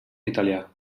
italià